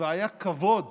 והיה כבוד